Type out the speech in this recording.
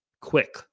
Quick